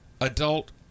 adult